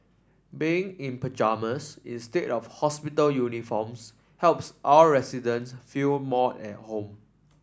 being in pyjamas instead of hospital uniforms helps our residents feel more at home